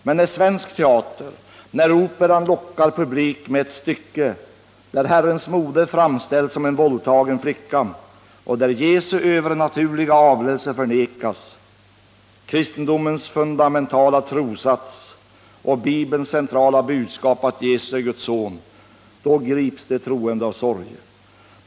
Men när svensk teater — Operan — lockar publik med ett stycke där Herrens moder framställs som en våldtagen flicka och där Jesu övernaturliga avlelse förnekas — kristendomens fundamentala trossats och Bibelns centrala budskap att Jesus är Guds Son — då grips de troende av sorg.